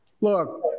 Look